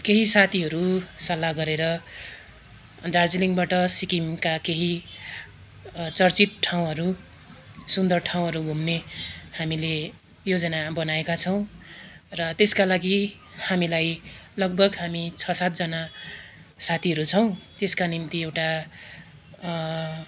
केही साथीहरू सल्लाह गरेर दार्जिलिङबाट सिक्किमका केही चर्चित ठाउँहरू सुन्दर ठाउँहरू घुम्ने हामीले योजना बनाएका छौँ र त्यसका लागि हामीलाई लगभग हामी छ सातजना साथीहरू छौँ त्यसका निम्ति एउटा